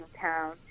town